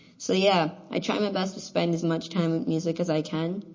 so yeah, i try my best to spend as much time music as i can.